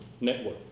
network